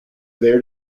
there